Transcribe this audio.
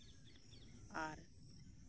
ᱟᱨ